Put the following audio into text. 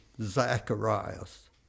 Zacharias